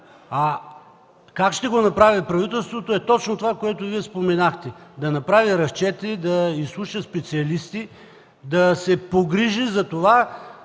А как ще го направи правителството – е точно това, което Вие споменахте: да направи разчети, да изслуша специалисти, да се погрижи да се